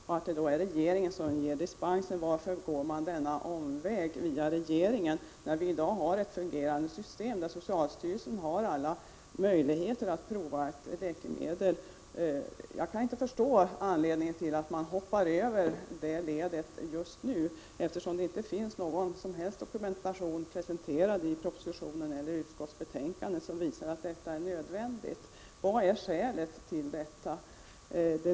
Varför skall man gå genvägen över regeringen när vi i dag har ett fungerande system, där socialstyrelsen har alla möjligheter att prova ett läkemedel? Jag kan inte förstå anledningen till att man just nu vill hoppa över det ledet, eftersom det inte finns någon som helst dokumentation presenterad i propositionen eller i utskottsbetänkandet som visar att detta är nödvändigt. Vad är skälet till detta?